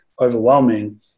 overwhelming